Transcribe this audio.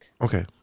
Okay